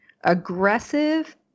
aggressive